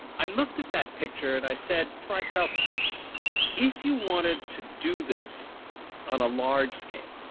i looked at that picture and i said to myself if you wanted to do this on a large scale,